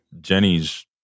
jenny's